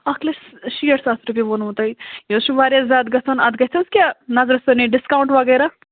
اَکھ لَچھ شیٹھ ساس رۄپیہِ ووٚنوٕ تۄہہِ یہِ حظ چھِ واریاہ زیادٕ گژھان اَتھ گژھِ حظ کیٚنٛہہ نظرِ ثٲنی ڈِسکاوُنٛٹ وغیرہ